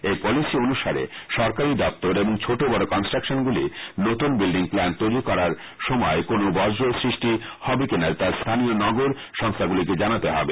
এই পলিসি অনুসারে সরকারী দপ্তর এবং ছোট বড় কনস্ট্রাকশনগুলি নতুন বিল্ডিং প্ল্যান তৈরী করার সময় কোনও বর্জ্য সৃষ্টি হবে কিনা তা স্থানীয় নগর সংস্থাগুলিকে জানাতে হবে